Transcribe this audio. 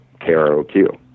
KROQ